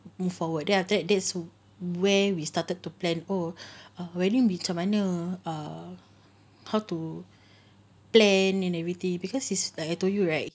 move forward then after that that's where we started to plan oh uh wedding macam mana err how to plan and everything because is like I told you right